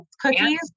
cookies